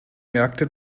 merkte